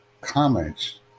comments